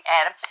Adam